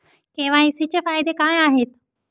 KYC चे फायदे काय आहेत?